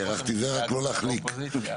לנושא הדיון.